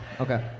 okay